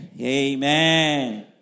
Amen